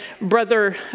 Brother